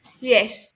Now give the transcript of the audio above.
Yes